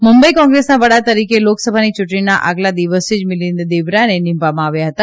મુંબઈ કોંગ્રેસના વડા તરીકે લોકસભાની ચૂંટણીના આગલા દિવસે જ મિલિન્દ દેવરાને નિમવામાં આવ્યા હતા